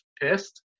pissed